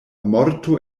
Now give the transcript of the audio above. morto